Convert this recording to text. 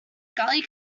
gully